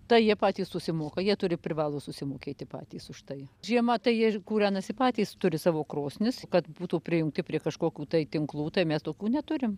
tai jie patys susimoka jie turi privalo susimokėti patys už tai žiemą tai ir kūrenasi patys turi savo krosnis kad būtų prijungti prie kažkokių tai tinklų tai mes tokių neturim